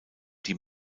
die